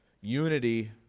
unity